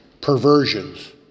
perversions